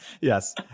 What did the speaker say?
Yes